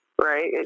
right